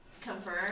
confirm